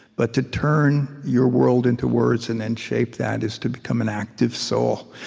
but to turn your world into words and then shape that is to become an active soul.